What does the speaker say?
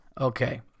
Okay